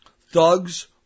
Thugs